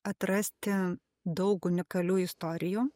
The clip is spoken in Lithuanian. atrasti daug unikalių istorijų